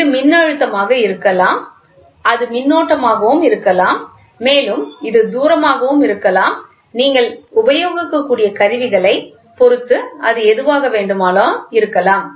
இது மின்னழுத்தமாக இருக்கலாம் அது மின்னோட்டமாக இருக்கலாம் மேலும் இது தூரமாகவும் இருக்கலாம் நீங்கள் உபயோகிக்கக்கூடிய கருவிகளைப் பொறுத்து அது எதுவாக இருக்கலாம்